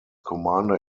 commander